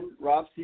Rob